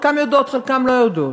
חלקן יודעות וחלקן לא יודעות,